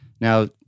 Now